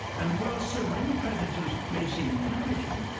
and while so many predators may seem damaging,